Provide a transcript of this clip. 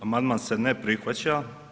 Amandman se ne prihvaća.